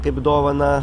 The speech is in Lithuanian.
kaip dovaną